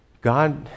God